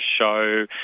show